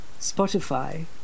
Spotify